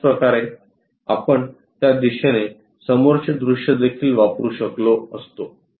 त्याचप्रकारे आपण त्या दिशेने समोरचे दृश्य देखील वापरु शकलो असतो